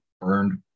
burned